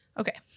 Okay